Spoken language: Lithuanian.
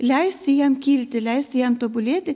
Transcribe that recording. leisti jam kilti leisti jam tobulėti